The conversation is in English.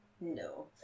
no